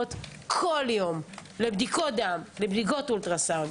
מגיעות כל יום לבדיקות דם, לבדיקות אולטרה סאונד.